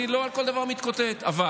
אני לא מתקוטט על כל דבר, אבל